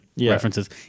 references